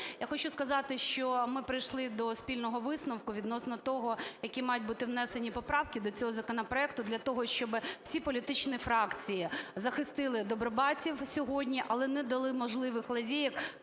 Я хочу сказати, що ми прийшли до спільного висновку відносно того, які мають бути внесені поправки до цього законопроекту для того, щоб всі політичні фракції захистили добробатів сьогодні, але не дали можливих лазєйок